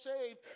saved